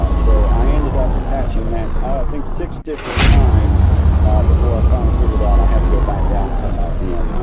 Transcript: so i ended up attaching that ah i think six different times before i finally figured out i had to go back out and come back in.